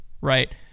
right